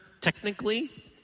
technically